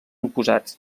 oposats